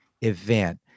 event